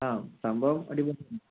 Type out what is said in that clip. ആ സംഭവം അടിപൊളിയാണ്